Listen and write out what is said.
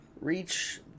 reach